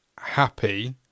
happy